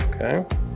Okay